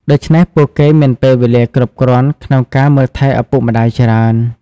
ដូច្នេះ ពួកគេមានពេលវេលាគ្រប់គ្រាន់ ក្នុងការមើលថែឪពុកម្តាយច្រើន។